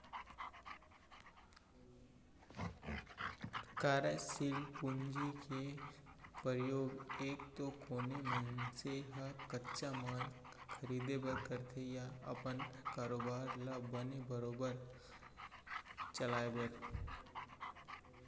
कारयसील पूंजी के परयोग एक तो कोनो मनसे ह कच्चा माल खरीदें बर करथे या अपन कारोबार ल बने बरोबर चलाय बर